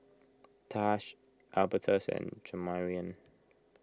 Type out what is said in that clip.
Taj Albertus and Jamarion